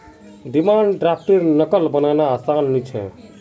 demand द्रफ्टर नक़ल बनाना आसान नि छे